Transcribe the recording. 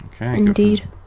Indeed